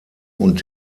und